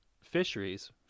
fisheries